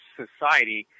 society